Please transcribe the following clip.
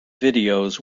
videos